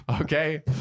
Okay